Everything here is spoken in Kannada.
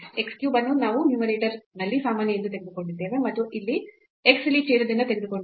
x cube ಅನ್ನು ನಾವು ನ್ಯೂಮರೇಟರ್ನಲ್ಲಿ ಸಾಮಾನ್ಯ ಎಂದು ತೆಗೆದುಕೊಂಡಿದ್ದೇವೆ ಮತ್ತು x ಇಲ್ಲಿ ಛೇದದಿಂದ ತೆಗೆದುಕೊಂಡಿದ್ದೇವೆ